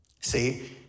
See